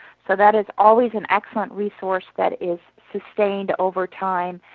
so that is always an excellent resource that is sustained over time.